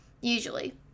usually